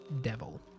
devil